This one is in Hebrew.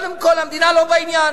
המדינה יצאה,